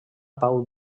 pau